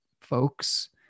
folks